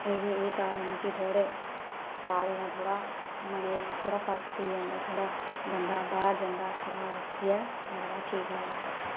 एह्दा एह् कारण ऐ कि सारें दा थोह्ड़ा मनै च थोह्ड़ा फर्क पेई जंदा थोह्ड़ा बंदा बाहर जंदा थोह्ड़ा होर जेहा लगदा ठीक लगदा